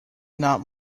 not